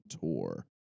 Tour